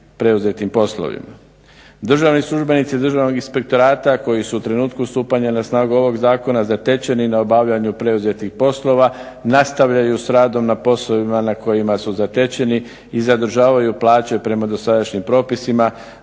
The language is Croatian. Državni službenici Državnog inspektorata koji su u trenutku stupanja na snagu ovoga Zakona zatečeni na obavljanju preuzetih poslova nastavljaju sa radom na poslovima na kojima su zatečeni i zadržavaju plaće prema dosadašnjim propisima